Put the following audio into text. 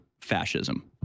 fascism